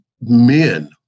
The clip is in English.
men